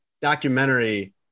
documentary